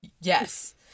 yes